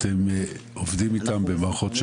אתם עובדים איתם במערך של